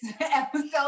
Episode